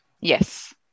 Yes